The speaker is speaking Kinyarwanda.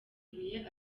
ibuye